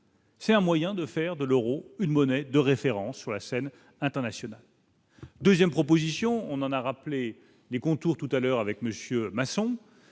C'est un moyen de faire de l'Euro, une monnaie de référence sur la scène internationale. 2ème proposition on en a rappelé les contours tout à l'heure avec Monsieur